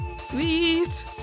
Sweet